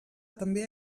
també